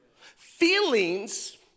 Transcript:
Feelings